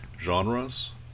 genres